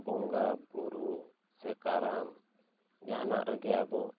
ᱵᱚᱸᱜᱟ ᱵᱳᱨᱳ ᱥᱮ ᱠᱟᱨᱟᱢ ᱡᱟᱦᱟᱱᱟᱜ ᱨᱮᱜᱮ ᱟᱵᱚ